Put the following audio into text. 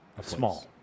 small